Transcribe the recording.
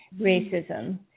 racism